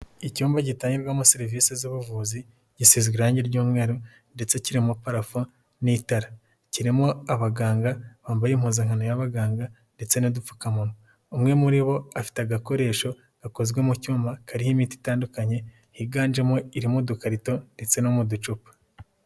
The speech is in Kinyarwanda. Icyumba gitangirwamo serivisi z'ubuvuzi, gisize irangi ry'umweru, ndetse kirimo palafo n'itara. Kirimo abaganga bambaye impuzankano y'abaganga ndetse n'udupfukamunwa. Umwe muri bo afite agakoresho gakozwe mu cyuma kariho imiti itandukanye, higanjemo iri mu dukarito ndetse no mu ducupa.